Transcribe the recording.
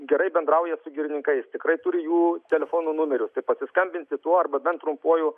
gerai bendrauja su girininkais tikrai turi jų telefono numerius pasiskambinti tuo arba bent trumpuoju